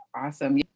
awesome